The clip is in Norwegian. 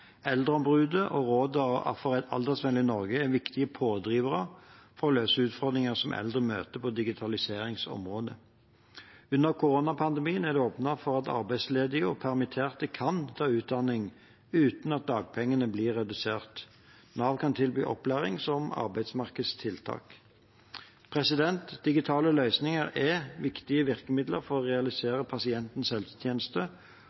er viktige pådrivere for å løse utfordringer som eldre møter på digitaliseringsområdet. Under koronapandemien er det åpnet for at arbeidsledige og permitterte kan ta utdanning uten at dagpengene blir redusert. Nav kan tilby opplæring som arbeidsmarkedstiltak. Digitale løsninger er viktige virkemidler for å